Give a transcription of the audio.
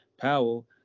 Powell